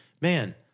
man